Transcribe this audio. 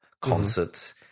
concerts